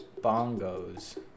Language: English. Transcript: bongos